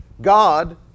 God